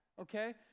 okay